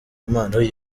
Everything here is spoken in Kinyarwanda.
imana